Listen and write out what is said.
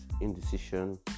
indecision